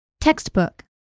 Textbook